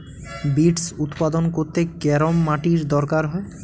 Beets উৎপাদন করতে কেরম মাটির দরকার হয়?